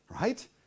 right